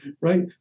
right